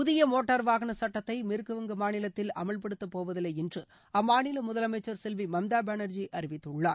புதிய மோட்டார் வாகன சுட்டத்தை மேற்குவங்க மாநிலத்தில் அமல்படுத்த போவதில்லை என்று அம்மாநில முதலமைச்சர் செல்வி மம்தா பேனர்ஜி அறிவித்துள்ளார்